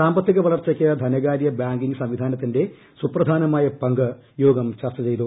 സാമ്പത്തിക വളർച്ചയ്ക്ക് ധനകാരൃ ബാങ്കിംഗ് സംവിധാനത്തിന്റെ സുപ്രധാനമായ പങ്ക് യോഗം ചർച്ചു ചെയ്തു